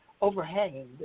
overhanging